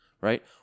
Right